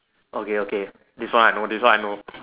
okay okay this one I know this one I know